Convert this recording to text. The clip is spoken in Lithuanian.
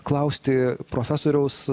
klausti profesoriaus